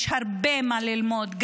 ויש הרבה מה ללמוד,